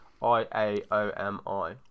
I-A-O-M-I